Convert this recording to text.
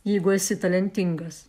jeigu esi talentingas